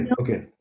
okay